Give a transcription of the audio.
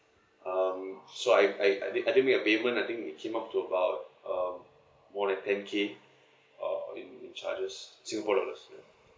um so I I I did I did make a payment I think it came out to about um more then ten K uh in charges singapore dollars ya